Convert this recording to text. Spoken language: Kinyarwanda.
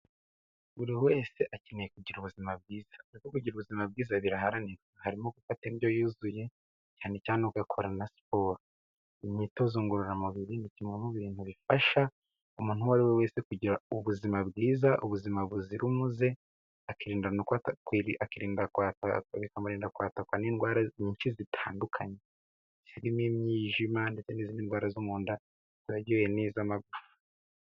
Buri wese akeneye kugira ubuzima bwiza, kugira ubuzima bwiza biraharanira, harimo gufata indyo yuzuye cyane cyane ugakora na siporo, imyitozo ngororamubiri ni kimwe mu bintu bifasha umuntu, uwo ari we wese kugira ubuzima bwiza, ubuzima buzira umuze, akirinda kwatakakwa n'indwara nyinshi zitandukanye zirimo imyijima ndetse n'izindi ndwara zo mu nda zagiye zinapfa.